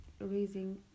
raising